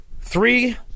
Three